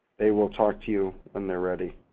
they will talk to you when they're ready.